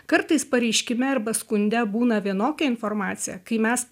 kartais pareiškime arba skunde būna vienokia informacija kai mes